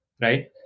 right